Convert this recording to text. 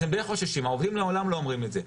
אז הם די חוששים, העובדים לעולם לא אומרים את זה.